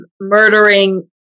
murdering